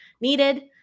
needed